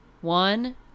one